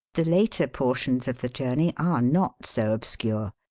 the later portions of the journey are not so obscure.